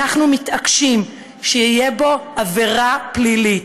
אנחנו מתעקשים שתהיה עבירה פלילית.